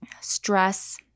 stress